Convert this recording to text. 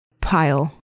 pile